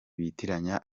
bitiranya